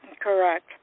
Correct